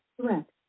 Correct